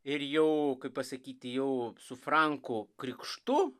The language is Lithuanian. ir jau kaip pasakyti jau su frankų krikštu